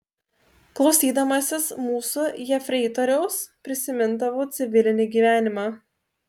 klausydamasis mūsų jefreitoriaus prisimindavau civilinį gyvenimą